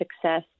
success